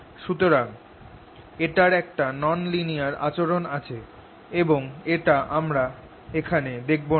সুতরাং এটার একটা নন লিনিয়ার আচরণ আছে এবং এটা আমরা এখানে দেখব না